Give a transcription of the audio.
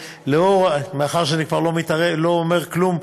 מאחר שאני כבר לא אומר כלום,